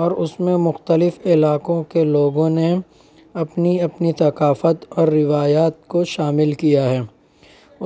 اور اس میں مختلف علاقوں کے لوگوں نے اپنی اپنی ثقافت اور روایات کو شامل کیا ہے